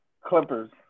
Clippers